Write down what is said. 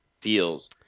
deals